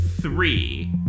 three